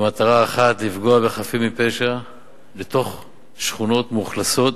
במטרה אחת: לפגוע בחפים מפשע בתוך שכונות מאוכלסות.